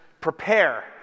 prepare